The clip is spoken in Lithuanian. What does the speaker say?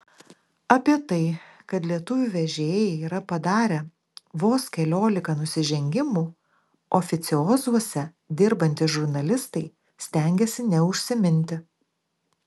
apie tai kad lietuvių vežėjai yra padarę vos keliolika nusižengimų oficiozuose dirbantys žurnalistai stengiasi neužsiminti